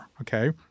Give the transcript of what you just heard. okay